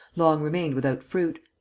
long remained without fruit.